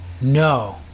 No